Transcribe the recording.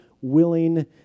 willing